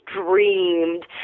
dreamed